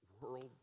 world